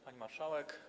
Pani Marszałek!